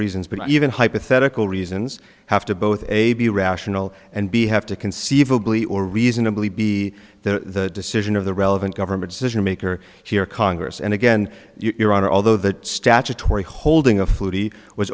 reasons but even hypothetical reasons have to both a be rational and b have to conceivably or reasonably be the decision of the relevant government decision maker here congress and again your honor although the statutory holding a flutie was